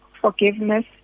forgiveness